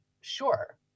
sure